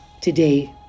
Today